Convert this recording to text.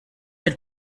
elle